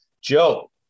Joe